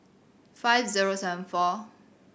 five zero seven four